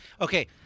Okay